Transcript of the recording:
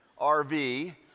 RV